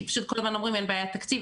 כי כולם אומרים שאין בעיית תקציב,